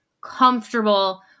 comfortable